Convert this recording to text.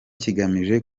kigamije